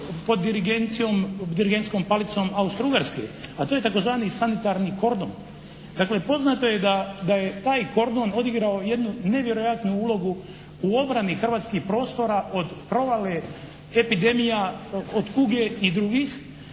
pod dirigentskom palicom Austro-Ugarske a to je tzv. sanitarni kordon. Dakle, poznato je da je taj kordon odigrao jednu nevjerojatnu ulogu u obrani hrvatskih prostora od provale epidemija od kuge i drugih